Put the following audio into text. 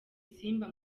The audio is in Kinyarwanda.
simba